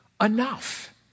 enough